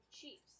Chiefs